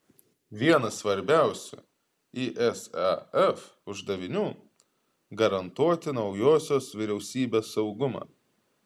vienas svarbiausių isaf uždavinių garantuoti naujosios vyriausybės saugumą